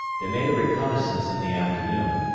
they made a reconnoissance in the afternoon,